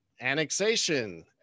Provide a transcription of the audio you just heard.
annexation